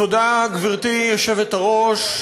תודה, גברתי היושבת-ראש.